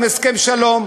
הסכם שלום,